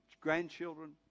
grandchildren